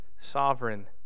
sovereign